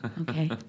okay